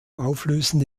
auflösen